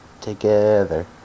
Together